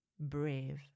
brave